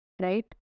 Right